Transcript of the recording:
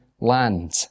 land